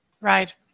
right